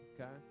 okay